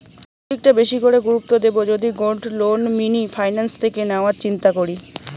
কোন দিকটা বেশি করে গুরুত্ব দেব যদি গোল্ড লোন মিনি ফাইন্যান্স থেকে নেওয়ার চিন্তা করি?